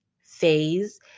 phase